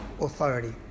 authority